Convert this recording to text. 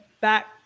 back